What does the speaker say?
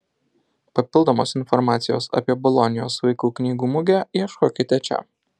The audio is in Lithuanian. papildomos informacijos apie bolonijos vaikų knygų mugę ieškokite čia